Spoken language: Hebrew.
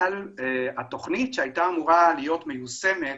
אבל התכנית שהייתה אמורה להיות מיושמת